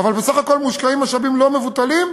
אבל בסך הכול מושקעים משאבים לא מבוטלים.